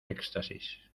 éxtasis